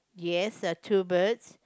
yes a two birds